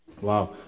Wow